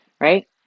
Right